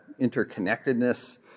interconnectedness